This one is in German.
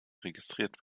registriert